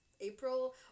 april